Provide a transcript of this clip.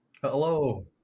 Hello